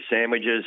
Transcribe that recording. sandwiches